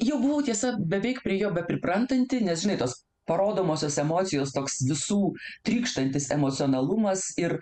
jau buvau tiesa beveik prie jo bepriprantanti nes žinai tos parodomosios emocijos toks visų trykštantis emocionalumas ir